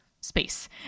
space